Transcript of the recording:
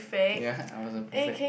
ya I was a prefect